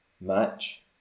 match